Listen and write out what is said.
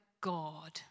God